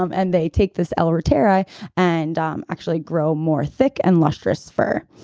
um and they take this l-reiteri and um actually grow more thick and lustrous fur.